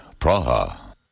Praha